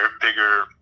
bigger